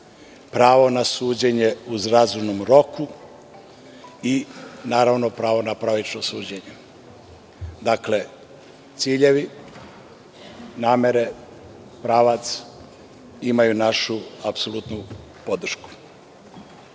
pravo na suđenje u razumnom roku i pravo na pravično suđenje. Dakle, ciljevi, namere, pravac imaju našu apsolutnu podršku. Veliki